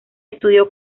estudió